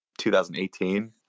2018